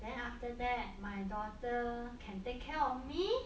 then after that my daughter can take care of me